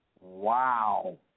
Wow